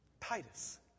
Titus